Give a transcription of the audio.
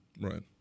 Right